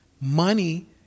money